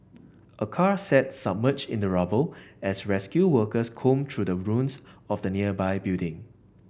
a car sat submerged in the rubble as rescue workers combed through the ruins of the nearby building